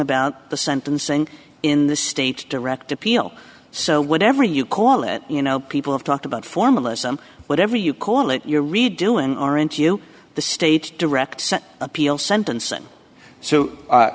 about the sentencing in the state direct appeal so whatever you call it you know people have talked about formalism whatever you call it you're redoing aren't you the state direct appeal sentencing so